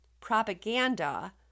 propaganda